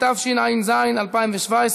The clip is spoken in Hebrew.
התשע"ז 2017,